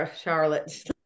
Charlotte